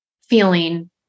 feeling